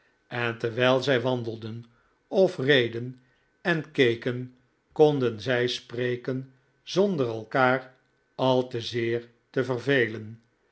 en terwijl zij wandelden of reden en keken konden zij spreken zonder elkaar al te zeer te vervelen